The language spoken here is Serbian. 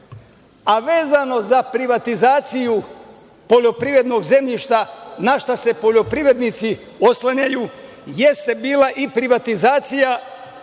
za privatizaciju poljoprivrednog zemljišta na šta se poljoprivrednici oslanjaju jeste bila i privatizacija